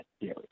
theory